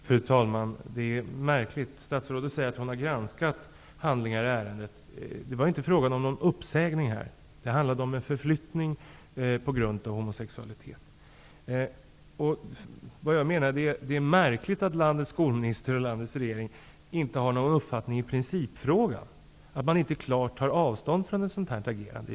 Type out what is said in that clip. Fru talman! Statsrådet säger att hon har granskat handlingar i ärendet. Det var inte fråga om någon uppsägning, utan om en förflyttning på grund av homosexualitet. Det är märkligt att landets skolminister och regering inte har någon uppfattning i principfrågan och inte klart tar avstånd från ett sådant här agerande.